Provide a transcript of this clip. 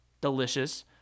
Delicious